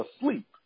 asleep